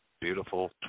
Beautiful